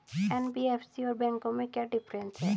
NBFC और बैंकों में क्या डिफरेंस है?